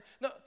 no